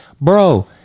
bro